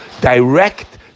Direct